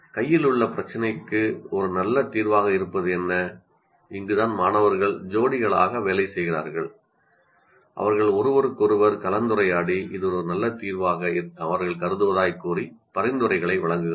கையில் உள்ள பிரச்சினைக்கு ஒரு நல்ல தீர்வாக இருப்பது என்ன இங்குதான் மாணவர்கள் ஜோடிகளாக வேலை செய்கிறார்கள் அவர்கள் ஒருவருக்கொருவர் கலந்துரையாடி இது ஒரு நல்ல தீர்வாக அவர்கள் கருதுகிறார்கள் என்று கூறி பரிந்துரைகளை வழங்குகிறார்கள்